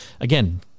again